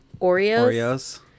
Oreos